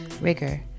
rigor